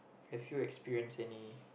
have you experienced any